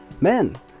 Men